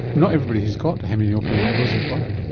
not everybody who's got hemianopia knows they've got it.